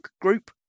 group